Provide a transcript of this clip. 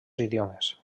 idiomes